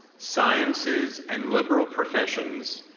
sciences, and liberal professions,